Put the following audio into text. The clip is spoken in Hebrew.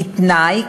בתנאי,